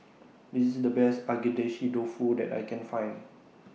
This IS The Best Agedashi Dofu that I Can Find